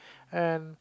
and